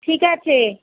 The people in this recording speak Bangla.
ঠিক আছে